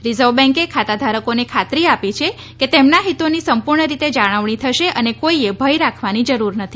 reserve બેંકે ખાતાધારકોને ખાતરી આપી છે કે તેમના હિતોની સંપૂર્ણ રીતે જાળવણી થશે અને કોઈએ ભય રાખવાની જરૂર નથી